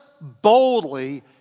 boldly